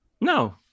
No